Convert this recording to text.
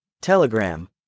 Telegram